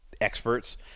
experts